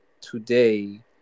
today